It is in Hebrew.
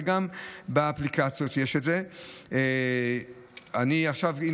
ויש את זה גם באפליקציות.